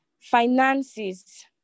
finances